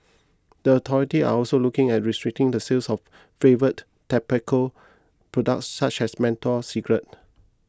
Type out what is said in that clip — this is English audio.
the authority are also looking at restricting the sale of flavoured tobacco products such as menthol cigarettes